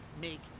make